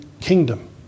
kingdom